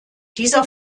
dieser